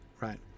Right